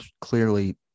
clearly